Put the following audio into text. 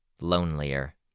lonelier